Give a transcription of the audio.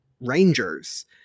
rangers